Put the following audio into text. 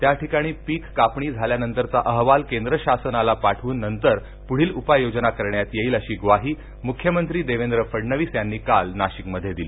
त्याठिकाणी पीक कापणी झाल्यानंतरचा अहवाल केंद्र शासनाला पाठवून नंतर पुढील उपाय योजना करण्यात येईल अशी ग्वाही मुख्यमंत्री देवेंद्र फडणवीस यांनी काल नाशिक मध्ये दिली